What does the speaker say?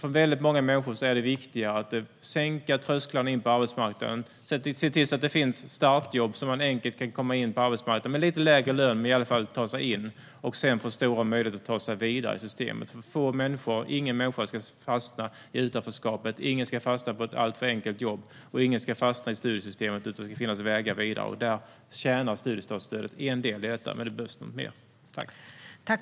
Det viktiga för många människor är sänkta trösklar in till arbetsmarknaden och startjobb med lite lägre lön så att de enkelt kan komma in på arbetsmarknaden. Då får de stor möjlighet att ta sig vidare i systemet. Ingen ska fastna i utanförskap, ingen ska fastna i ett alltför enkelt jobb och ingen ska fastna i studiesystemet. Det ska finnas vägar vidare, och här är studiestartsstödet en del. Men det behövs mer. Jag yrkar bifall till reservation 3.